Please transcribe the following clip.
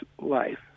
life